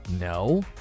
No